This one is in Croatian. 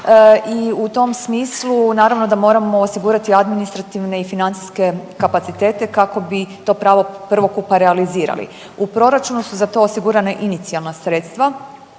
I u tom smislu naravno da moramo osigurati administrativne i financijske kapacitete kako bi to pravo prvokupa realizirali. U proračunu su za to osigurana inicijalna sredstva.